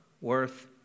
worth